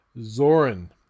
Zoran